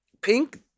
Pink